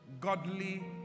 godly